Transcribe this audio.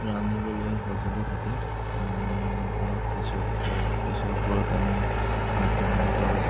ৰান্ধিবলৈ সঁজুলি থাকে যেনে ধৰক প্ৰেছাৰ কুকাৰ প্ৰেছাৰ কুকাৰত আমি ভাত বনাব পাৰোঁ